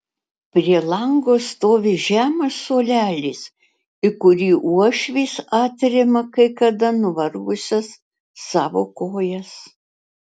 prie lango stovi žemas suolelis į kurį uošvis atremia kai kada nuvargusias savo kojas